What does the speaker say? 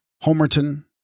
Homerton